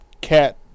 Cat